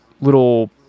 little